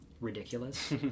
ridiculous